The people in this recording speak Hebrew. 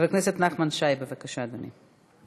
חבר הכנסת נחמן שי, בבקשה, אדוני.